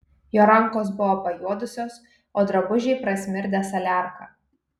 jo rankos buvo pajuodusios o drabužiai prasmirdę saliarka